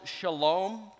shalom